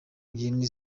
ebyiri